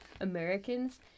Americans